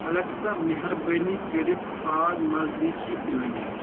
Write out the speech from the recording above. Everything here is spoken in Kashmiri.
الیکسا مہربٲنی کٔرِتھ ژھانٛڈ نزدیٖکی ایونٹ